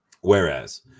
whereas